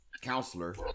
counselor